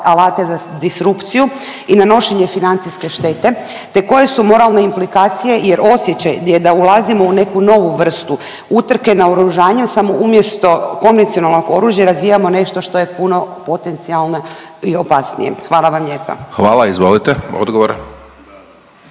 alate za disrupciju i nanošenje financijske štete te koje su moralne implikacije jer osjećaj je da ulazimo u neku novu vrstu utrke naoružanja, samo umjesto konvencionalnog oružja, razvijamo nešto što je puno potencijalno i opasnije. Hvala vam lijepa. **Hajdaš Dončić, Siniša